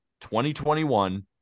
2021